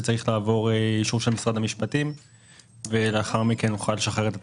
אחרי שזה יעבור אישור של משרד המשפטים נוכל לשחרר את התקציב.